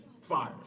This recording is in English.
fire